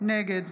נגד